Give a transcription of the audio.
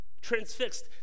Transfixed